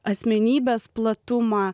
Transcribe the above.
asmenybės platumą